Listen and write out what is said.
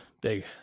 big